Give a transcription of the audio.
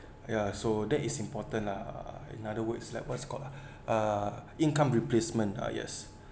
ya so that is important lah uh in other words like what's called ah uh income replacement ah yes